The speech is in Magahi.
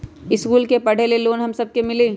इश्कुल मे पढे ले लोन हम सब के मिली?